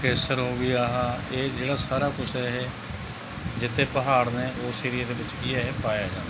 ਕੇਸਰ ਹੋ ਗਈ ਆਹ ਇਹ ਜਿਹੜਾ ਸਾਰਾ ਕੁਛ ਹੈ ਇਹ ਜਿੱਥੇ ਪਹਾੜ ਨੇ ਉਸ ਏਰੀਏ ਦੇ ਵਿੱਚ ਕੀ ਹੈ ਇਹ ਪਾਇਆ ਜਾਂਦਾ